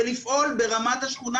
ולפעול ברמת השכונה.